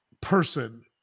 person